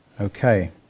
Okay